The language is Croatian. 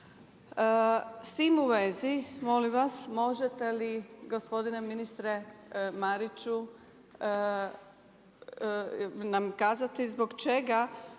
S tim u vezi, molim vas, možete li gospodine ministre Mariću nam kazati zbog čega